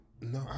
no